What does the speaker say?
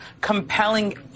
compelling